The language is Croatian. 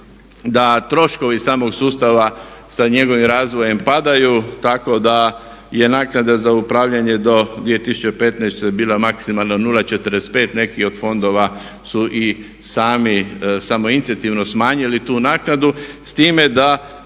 da troškovi samog sustava sa njegovim razvojem padaju tako da je naknada za upravljanje do 2015. bila maksimalna 0,45, neki od fondova su i sami samoinicijativno smanjili tu naknadu. S time da